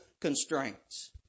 constraints